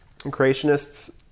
creationists